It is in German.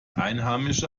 einheimische